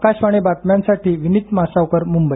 आकाशवाणी बातम्यांसाठी विनित मासावकर मुंबई